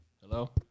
Hello